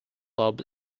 club